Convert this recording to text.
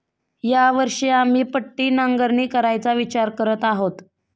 या वर्षी आम्ही पट्टी नांगरणी करायचा विचार करत आहोत